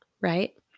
right